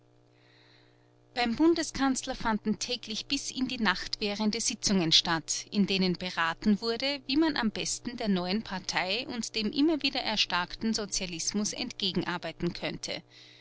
beim bundeskanzler fanden täglich bis in die nacht währende sitzungen statt in denen beraten wurde wie man am besten der neuen partei und dem wieder erstarkten sozialismus entgegenarbeiten könnte